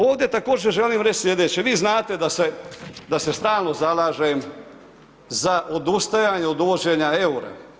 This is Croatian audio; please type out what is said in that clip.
Ovdje također želim reći sljedeće, vi znate da se stalno zalažem za odustajanje od uvođenja eura.